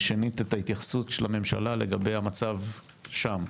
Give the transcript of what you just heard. ב'- התייחסות הממשלה לגבי המצב שם,